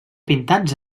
pintats